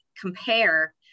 compare